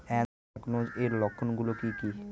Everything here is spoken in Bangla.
এ্যানথ্রাকনোজ এর লক্ষণ গুলো কি কি?